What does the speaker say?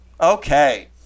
Okay